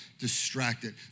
distracted